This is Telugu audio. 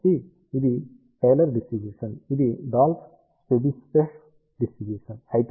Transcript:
కాబట్టి ఇది టైలర్ డిస్ట్రిబ్యూషన్ ఇది డాల్ఫ్ స్చెబిస్చెఫ్ డిస్ట్రిబ్యూషన్